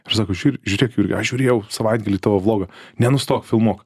ir sako žiūr žiūrėk jurgi aš žiūrėjau savaitgalį tavo vlogą nenustok filmuok